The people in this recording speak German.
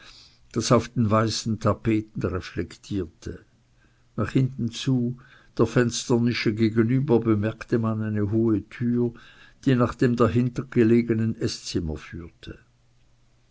das auf den weißen tapeten reflektierte nach hinten zu der fensternische gegenüber bemerkte man eine hohe tür die nach dem dahinter gelegenen eßzimmer führte